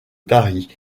paris